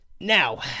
Now